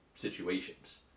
Situations